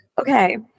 Okay